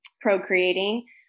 procreating